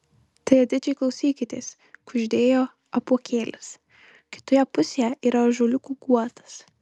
tai atidžiai klausykitės kuždėjo apuokėlis kitoje pusėje yra ąžuoliukų guotas